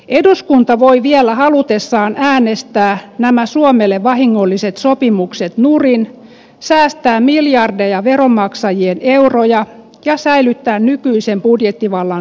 eduskunta voi vielä halutessaan äänestää nämä suomelle vahingolliset sopimukset nurin säästää miljardeja veronmaksajien euroja ja säilyttää nykyisen budjettivallan suomella